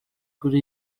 kuri